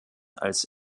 als